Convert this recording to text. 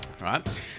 Right